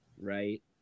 right